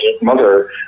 mother